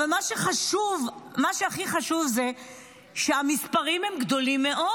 אבל מה שהכי חשוב זה שהמספרים הם גדולים מאוד.